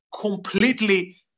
completely